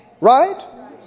Right